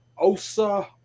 Osa